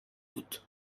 بود